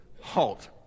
halt